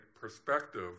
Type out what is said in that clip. perspective